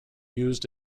used